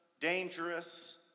dangerous